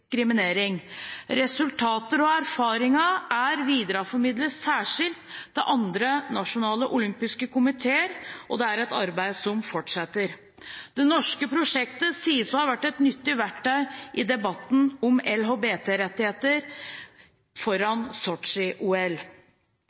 Resultater og erfaringer er videreformidlet særskilt til andre nasjonale olympiske komiteer, og det er et arbeid som fortsetter. Det norske prosjektet sies å ha vært et nyttig verktøy i debatten om